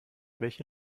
welche